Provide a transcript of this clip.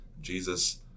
Jesus